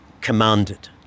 commanded